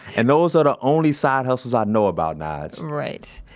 and those are the only side hustles i know about, nige right.